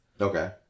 Okay